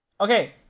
okay